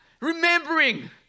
remembering